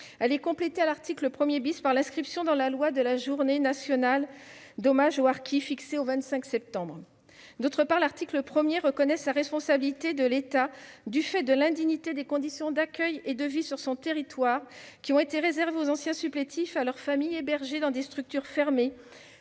Elle est complétée à l'article 1 par l'inscription dans la loi de la journée nationale d'hommage aux harkis, fixée au 25 septembre. D'autre part, l'article 1reconnaît la responsabilité de l'État du fait de l'indignité des conditions d'accueil et de vie sur son territoire qui ont été réservées aux anciens supplétifs et à leurs familles hébergés dans des structures fermées